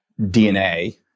DNA